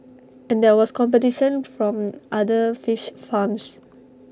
and there was competition from other fish farms